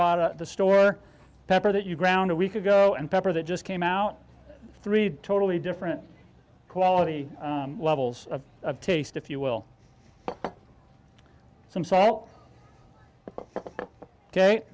bought at the store pepper that you ground a week ago and pepper that just came out three totally different quality levels of taste if you will some salt ok